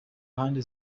handi